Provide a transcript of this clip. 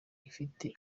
ifite